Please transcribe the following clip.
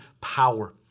power